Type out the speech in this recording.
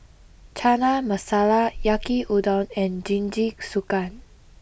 Chana Masala Yaki Udon and Jingisukan